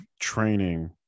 training